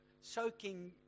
soaking